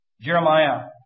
Jeremiah